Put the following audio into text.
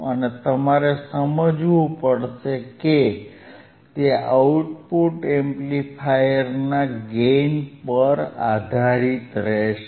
અને તમારે સમજવું પડશે કે તે આઉટપુટ એમ્પ્લીફાયરના ગેઇન પર આધારિત રહેશે